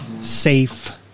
safe